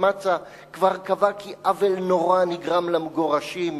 מצא כבר קבעה: עוול נורא נגרם למגורשים,